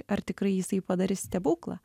ar tikrai jisai padarys stebuklą